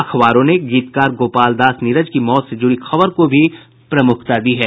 अखबारों ने गीतकार गोपाल दास नीरज की मौत से जुड़ी खबर को प्रमुखता दी है